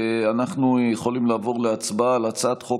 אנחנו יכולים לעבור להצבעה על הצעת חוק